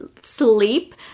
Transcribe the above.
sleep